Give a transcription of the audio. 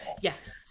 Yes